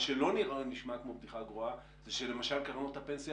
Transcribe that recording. מה שלא נשמע כמו בדיחה גרועה זה שלמשל קרנות הפנסיה